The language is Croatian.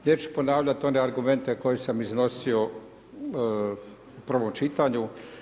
Neću ponavljati one argumente koje sam iznosio u prvom čitanju.